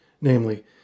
namely